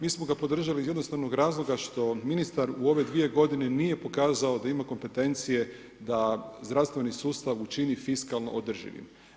Mi smo ga podržali iz jednostavnog razloga, što ministar u ove 2 g. nije pokazao da ima kompetencije, da zdravstveni sustav učini fiskalno održivi.